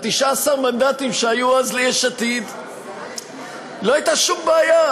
19 המנדטים שהיו אז ליש עתיד, לא הייתה שום בעיה,